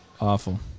Awful